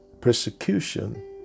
persecution